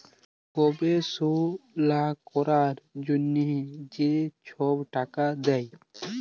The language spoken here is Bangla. গবেষলা ক্যরার জ্যনহে যে ছব টাকা দেয়